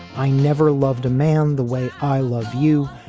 i never loved a man the way i love you.